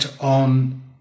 on